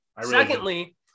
Secondly